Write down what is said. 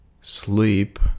sleep